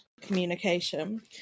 communication